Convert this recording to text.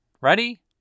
Ready